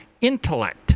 intellect